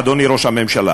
אדוני ראש הממשלה,